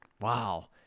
Wow